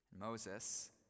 Moses